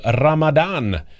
ramadan